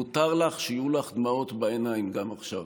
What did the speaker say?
מותר לך שיהיו לך דמעות בעיניים גם עכשיו,